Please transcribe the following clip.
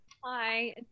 Hi